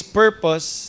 purpose